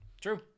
True